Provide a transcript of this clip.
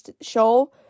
show